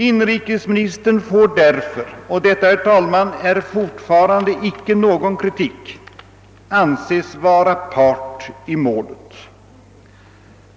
Inrikesministern får därför — och detta, herr talman, är fortfarande icke någon kritik — anses vara part i målet.